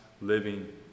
living